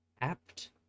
apt